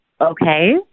okay